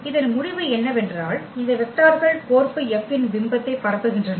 இதன் முடிவு என்னவென்றால் இந்த வெக்டார்கள் கோர்ப்பு F ன் பிம்பத்தை பரப்புகின்றன